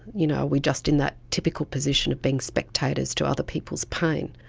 you know we just in that typical position of being spectators to other people's pain?